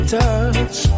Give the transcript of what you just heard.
touch